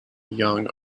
young